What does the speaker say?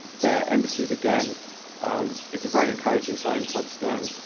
their embassies again is a very encouraging sign. todd stern,